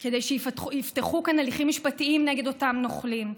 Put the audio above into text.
כדי שייפתחו כאן הליכים משפטיים נגד אותם נוכלים,